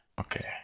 Okay